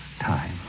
time